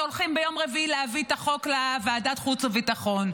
שהולכים ביום רביעי להביא את החוק לוועדת החוץ והביטחון,